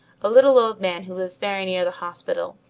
a little old man who lives very near the hospital,